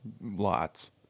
Lots